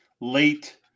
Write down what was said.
late